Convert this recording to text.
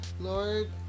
Lord